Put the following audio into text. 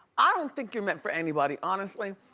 i don't think you're meant for anybody, honestly.